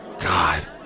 God